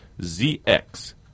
ZX